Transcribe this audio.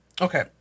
Okay